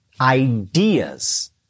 Ideas